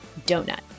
donut